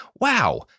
Wow